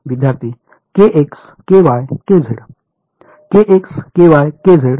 विद्यार्थीः के एक्स के वाई के झेड